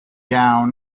down